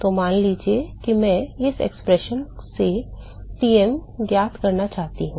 तो मान लीजिए कि मैं इस expression से Tm ज्ञात करना चाहता हूँ